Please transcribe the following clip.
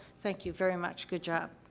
thank you very much. good job.